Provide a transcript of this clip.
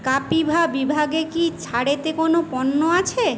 কাপিভা বিভাগে কি ছাড়েতে কোনো পণ্য আছে